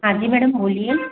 हाँ जी मैडम बोलिए